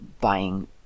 buying